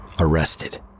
Arrested